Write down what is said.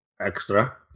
extra